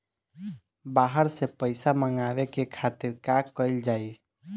बाहर से पइसा मंगावे के खातिर का कइल जाइ?